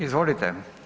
Izvolite.